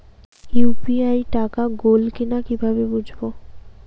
UPI টাকা গোল কিনা কিভাবে বুঝব?